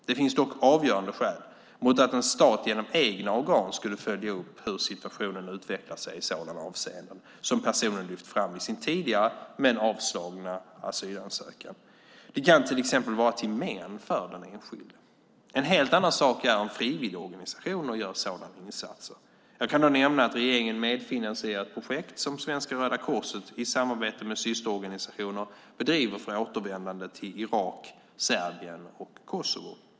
Det finns dock avgörande skäl mot att en stat genom egna organ skulle följa upp hur situationen utvecklar sig i sådana avseenden som personen lyft fram i sin tidigare, men avslagna asylansökan. Det kan till exempel vara till men för den enskilde. En helt annan sak är om frivilligorganisationer gör sådana insatser. Jag kan då nämna att regeringen medfinansierar ett projekt som Svenska Röda Korset i samarbete med systerorganisationer bedriver för återvändande till Irak, Serbien och Kosovo.